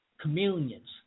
communions